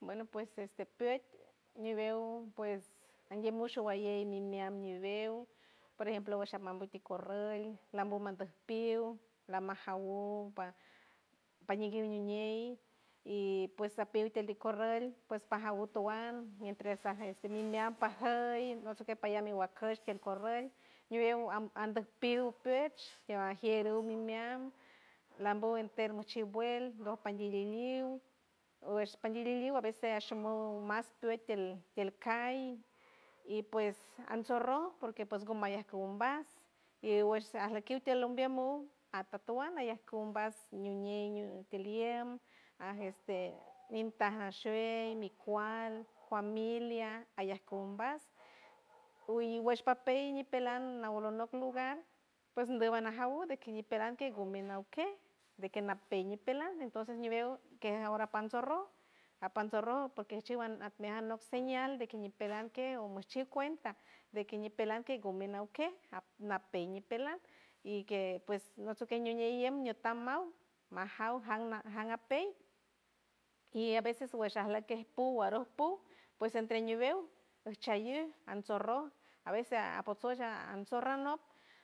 Bueno pues este piet ñibeu pues endieu mushu guayei mineam nibeu por ejemplo guasham mambo ti corroi lambo mambe piul lamaja oupa pañin kiriñey y pues apiult tildi corriolt pues pajagut towuand mientras sajiet miwuant pajiar nose que payamen guacaij ijkorrel ñiguey am amder pill pietch jia jierumi miat lambut pero nochivuel dos pandiur diliur osh pandeliun a veces ashor modo mas plet tiald tiald cay y pues anshorrot porque pues gumaya cumbats iuld alokiut tialom biumu atotowan neya cumbats ñiuñe ñiu atiliem aj este intagashues micual juamilia ayacumbas uyu guesh papeyel nipeland nagolonut lugar pues gubana jaour de quiriperanti gumenau que de que napeñipela entonces ñibeu que esahora pansorroj apan sorroj porque anchivan atmejan lok señal de que ñipelanke oj machuicuenta de que ñipeland que gumenan que ap na peñipeland y que pues nosecui ñuñeyne ta maun majaur jam jam napeir y a veces guishailacke puro guaroc puj pues entre ñibeu guchayuy ansorroj a veces apotsu shaam and sorranot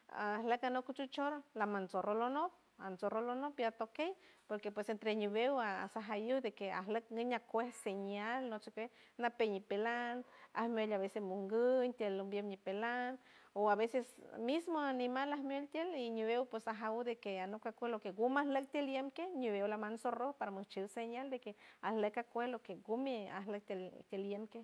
arlok anok conchushort laman sorrolonot an sorrolonot pi atokey porque pues entre ñibeu a sajayur de que arlok guiña cuest señal nochepuel nok pe ñipelan albel aveces monguiul tialomiel nipeland o a veces mismo animala mientiel y ñibield pos posajau de que anok acool lo que guman loik ti lienkield ñibeula mansorrojo para monchu señal deque arlok cacuelo loque gumi ar lokc key keliente.